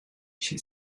she